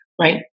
right